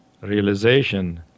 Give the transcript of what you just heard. Realization